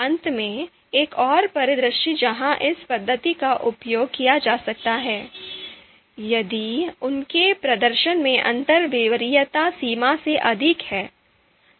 अंत में एक और परिदृश्य जहां इस पद्धति का उपयोग किया जा सकता है यदि उनके प्रदर्शन में अंतर वरीयता सीमा से अधिक है